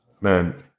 man